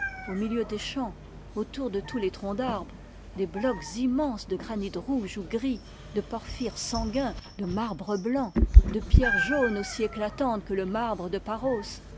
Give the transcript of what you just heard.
au milieu des champs autour de tous les troncs d'arbres des blocs immenses de granit rouge ou gris de porphire sanguin de marbre blanc de pierre jaune aussi éclatante que le marbre de paros